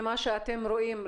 ממה שאתם רואים,